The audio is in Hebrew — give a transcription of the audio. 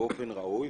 באופן ראוי,